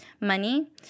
money